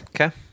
Okay